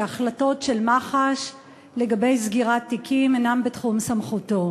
שההחלטות של מח"ש לגבי סגירת תיקים אינן בתחום סמכותו,